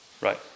right